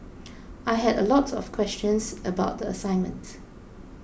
I had a lot of questions about the assignment